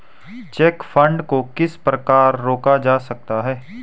Check fraud को किस प्रकार रोका जा सकता है?